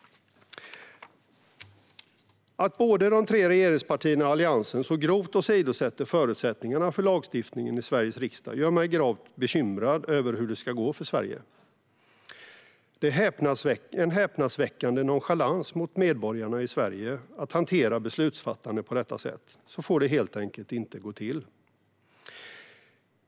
Att såväl de tre regeringspartierna som Alliansen grovt åsidosätter lagstiftningen i Sveriges riksdag gör mig gravt bekymrad för hur det ska gå för Sverige. Det är en häpnadsväckande nonchalans mot medborgarna att hantera beslutsfattandet på detta sätt. Så får det helt enkelt inte gå till.